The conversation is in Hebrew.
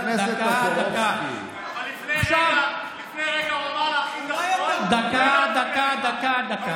אבל לפני רגע הוא אמר, דקה, דקה, דקה.